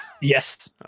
Yes